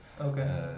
Okay